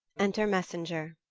enter messenger.